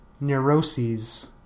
neuroses